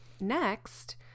next